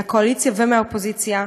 מהקואליציה ומהאופוזיציה,